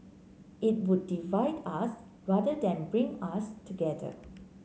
it would divide us rather than bring us together